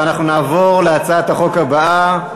אנחנו נעבור להצעת החוק הבאה,